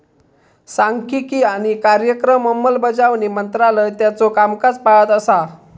सांख्यिकी आणि कार्यक्रम अंमलबजावणी मंत्रालय त्याचो कामकाज पाहत असा